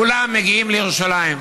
כולם מגיעים לירושלים.